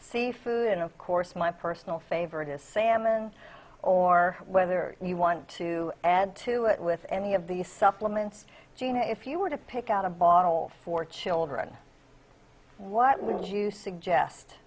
seafood of course my personal favorite is salmon or whether you want to add to it with any of these supplements gene if you were to pick out a bottle for children what would you suggest